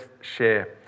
share